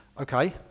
Okay